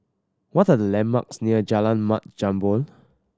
what are the landmarks near Jalan Mat Jambol